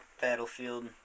Battlefield